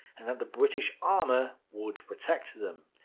and that the british armour would protect them.